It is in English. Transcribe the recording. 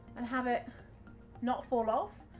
and have it not fall off,